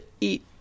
eat